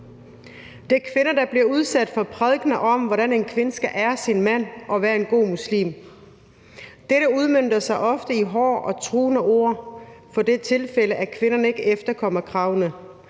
Det er kvinder, der bliver udsat for prædikener om, hvordan en kvinde skal ære sin mand og være en god muslim. Dette udmønter sig ofte i hårde og truende ord i de tilfælde, hvor kvinderne ikke efterkommer kravene,